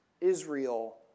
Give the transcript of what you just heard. Israel